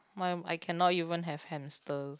my I cannot even have hamsters